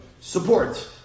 support